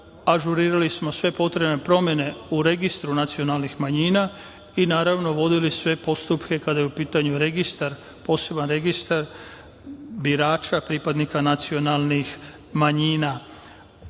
manjina. Ažurirali smo sve potrebne promene u registru nacionalnih manjina i, naravno, vodili sve postupke kada je u pitanju poseban registar birača pripadnika nacionalnih manjina. Osnovan